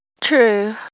True